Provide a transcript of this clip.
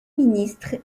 ministre